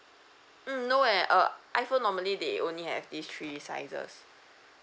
mm no eh uh iPhone normally they only have these three sizes